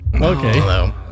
okay